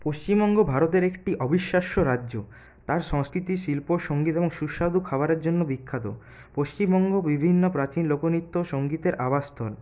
পশ্চিমবঙ্গ ভারতের একটি অবিশ্বাস্য রাজ্য তার সংস্কৃতি শিল্প সংগীত এবং সুস্বাদু খাবারের জন্য বিখ্যাত পশ্চিমবঙ্গ বিভিন্ন প্রাচীন লোকনৃত্য সংগীতের আবাসস্থল